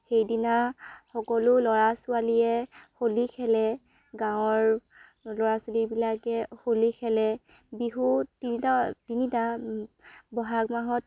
সেইদিনা সকলো ল'ৰা ছোৱালীয়ে হোলী খেলে গাঁৱৰ ল'ৰা ছোৱালীবিলাকে হোলী খেলে বিহু তিনিটা তিনিটা বহাগ মাহত